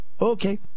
Okay